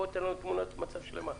בוא, תן לנו תמונת מצב שלמה.